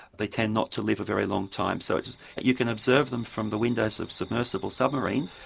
they tend not to live a very long time, so you can observe them from the windows of submersible submarines,